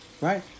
right